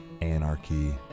anarchy